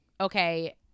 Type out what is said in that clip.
okay